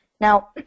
Now